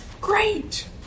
great